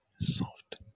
soft